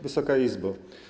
Wysoka Izbo!